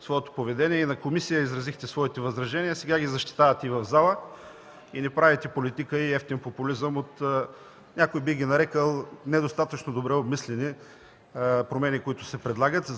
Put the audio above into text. своето поведение – на комисия изразихте своите възражения, а и сега ги защитавате в залата. Не правите политика и евтин популизъм от някои, бих ги нарекъл недостатъчно добре обмислени промени, които се предлагат.